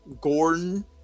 gordon